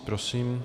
Prosím.